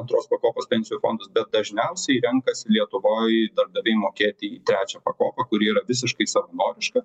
antros pakopos pensijų fondus bet dažniausiai renkasi lietuvoj darbdaviai mokėti į trečią pakopą kuri yra visiškai savanoriška